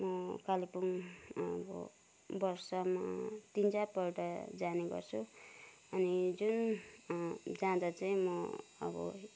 कालेबुङ अब बर्षमा तिन चारपल्ट जाने गर्छु अनि जुन जाँदा चाहिँ म अब